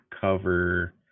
cover